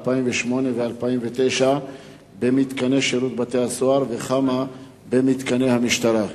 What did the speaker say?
2008 ו-2009 במתקני שירות בתי-הסוהר וכמה במתקני המשטרה?